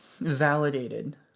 validated